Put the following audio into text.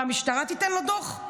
מה, המשטרה תיתן לו דוח?